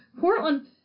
Portland